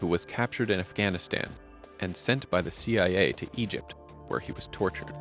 who was captured in afghanistan and sent by the cia to egypt where he was tortured